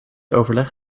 overleg